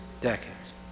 decades